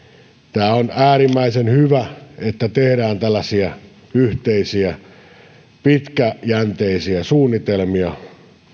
tämä on äärimmäisen hyvä että tehdään tällaisia yhteisiä pitkäjänteisiä suunnitelmia